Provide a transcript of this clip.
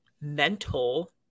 mental